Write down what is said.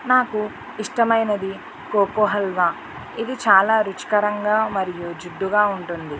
నాకు ఇష్టమైనది కోకో హల్వా ఇది చాలా రుచికరంగా జిడ్డుగా ఉంటుంది